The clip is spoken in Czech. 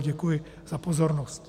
Děkuji za pozornost.